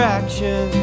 action